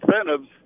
incentives